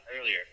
earlier